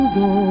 go